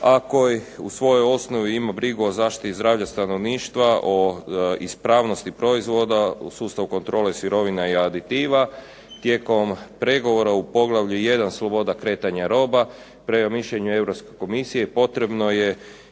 a koji u svojoj osnovi ima brigu o zaštiti zdravlja stanovništva, o ispravnosti proizvoda u sustavu kontrole sirovina i aditiva. Tijekom pregovora u poglavlju I. Sloboda kretanja roba prema mišljenju Europske